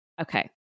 Okay